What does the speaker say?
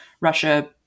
Russia